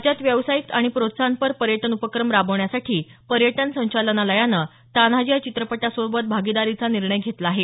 राज्यात व्यावसायिक आणि प्रोत्साहनपर पर्यटन उपक्रम राबविण्यासाठी पर्यटन संचालनालयाने तान्हाजी या चित्रपटासोबत भागीदारीचा निर्णय घेतला आहे